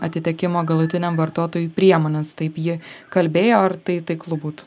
atitekimo galutiniam vartotojui priemones taip ji kalbėjo ar tai taiklu būtų